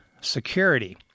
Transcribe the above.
security